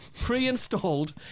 pre-installed